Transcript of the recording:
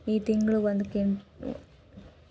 ಈ ತಿಂಗಳ ಒಂದು ಕ್ವಿಂಟಾಲ್ ಮೆಕ್ಕೆಜೋಳದ ಸರಾಸರಿ ಬೆಲೆ ಎಷ್ಟು ಐತರೇ?